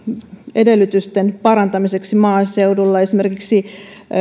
edellytysten parantamiseksi maaseudulla esimerkiksi